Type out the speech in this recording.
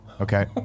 Okay